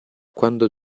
quando